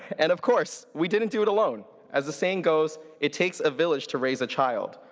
and of course, we didn't do it alone. as the saying goes, it takes a village to raise a child,